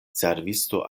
servisto